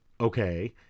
Okay